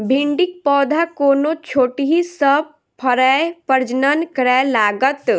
भिंडीक पौधा कोना छोटहि सँ फरय प्रजनन करै लागत?